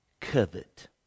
covet